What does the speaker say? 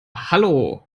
hallo